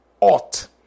ought